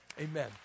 Amen